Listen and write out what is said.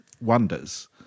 wonders